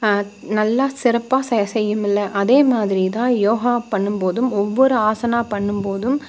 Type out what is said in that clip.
நல்லா சிறப்பாக செய் செய்யுமில்லை அதேமாதிரி தான் யோகா பண்ணும்போதும் ஒவ்வொரு ஆசனா பண்ணும்போதும்